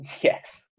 Yes